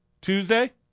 Tuesday